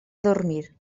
dormir